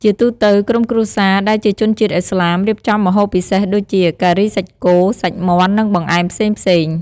ជាទូទៅ ក្រុមគ្រួសារដែលជាជនជាតិឥស្លាម រៀបចំម្ហូបពិសេសដូចជា ការីសាច់គោ សាច់មាន់ និងបង្អែមផ្សេងៗ។